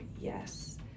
Yes